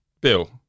Bill